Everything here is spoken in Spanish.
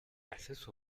acceso